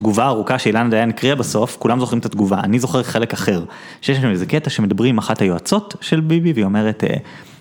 תגובה ארוכה שאילנה דיין הקריאה בסוף, כולם זוכרים את התגובה, אני זוכר חלק אחר. שיש שם איזה קטע שמדברים עם אחת היועצות של ביבי, והיא אומרת...